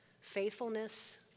faithfulness